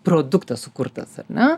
produktas sukurtas ar ne